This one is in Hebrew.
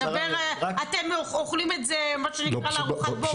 אתם אוכלים את זה מה שנקרא לארוחת בוקר.